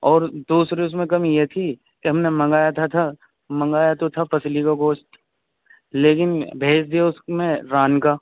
اور دوسرے اس میں کمی یہ تھی کہ ہم نے منگایا تھا تھا منگایا تو تھا پسلی کا گوشت لیکن بھیج دیے اس میں ران کا